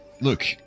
Look